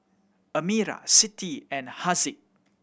Amirah Siti and Haziq